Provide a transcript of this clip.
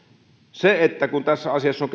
kun tässä asiassa on